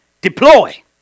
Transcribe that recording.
Deploy